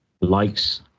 likes